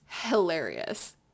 hilarious